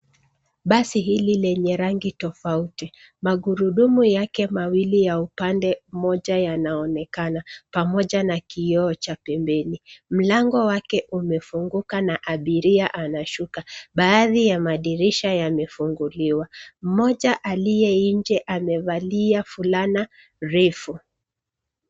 Basi hili lenye rangi tofauti, magurudumu yake mawili ya upande mmoja yanaonekana, pamoja na kioo cha pembeni. Mlango wake umefunguka na abiria anashuka, baadhi ya madirisha yamefunguliwa, mmoja aliye nje amevalia fulana refu.